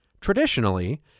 Traditionally